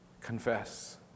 confess